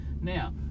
Now